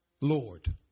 Lord